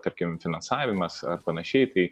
tarkim finansavimas ar panašiai tai